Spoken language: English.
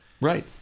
Right